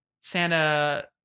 Santa